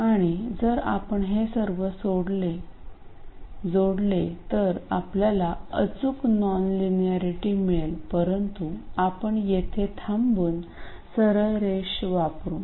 आणि जर आपण हे सर्व जोडले तर आपल्याला अचूक नॉनलिनियरेटी मिळेल परंतु आपण येथे थांबून सरळ रेष वापरू